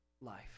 life